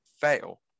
fail